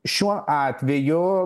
šiuo atveju